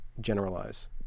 generalize